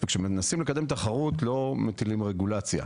וכשמנסים לקדם תחרות לא מטילים רגולציה.